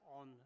on